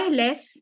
less